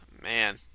Man